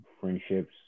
Friendships